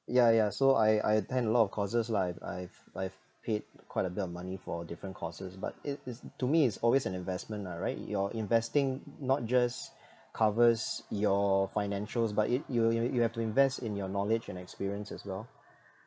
yeah yeah so I I attend a lot of courses lah I've I've I've paid quite a bit of money for different courses but it it's to me it's always an investment lah right your investing not just covers your financials but it you you you have to invest in your knowledge and experience as well